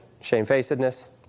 shamefacedness